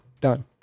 done